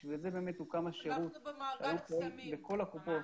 בשביל זה הוקם השירות שהיום פועל בכל הקופות.